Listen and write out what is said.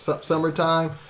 summertime